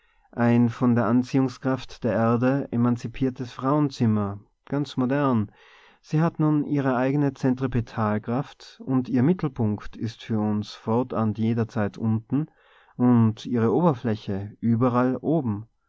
ein von der anziehungskraft der erde emanzipiertes frauenzimmer ganz modern sie hat nun ihre eigene zentripetalkraft und ihr mittelpunkt ist für uns fortan jederzeit unten und ihre oberfläche überall oben